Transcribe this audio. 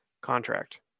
contract